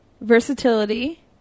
versatility